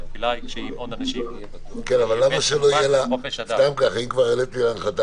סתם כך, אם כבר העליתי להנחתה.